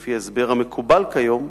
לפי ההסבר המקובל כיום,